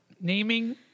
Naming